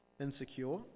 insecure